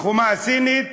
החומה הסינית,